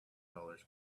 dollars